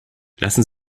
lassen